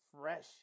fresh